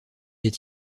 est